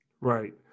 Right